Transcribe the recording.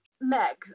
Meg